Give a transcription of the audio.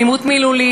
אלימות מילולית,